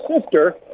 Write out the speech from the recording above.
sister